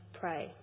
pray